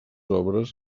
obres